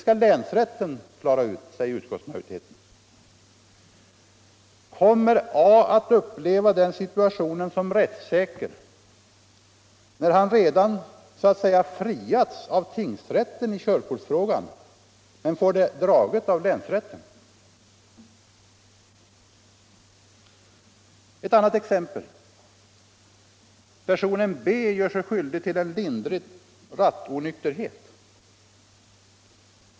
Kommer A att uppleva den situationen som rättssäker när han redan friats av tingsrätten i körkortsfrågan men sedan får körkortet indragit av länsrätten? Låt mig ta ett annat exempel. Personen B gör sig skyldig till en lindrig rattonykterhet.